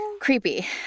Creepy